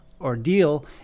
ordeal